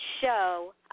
show